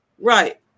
right